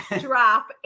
drop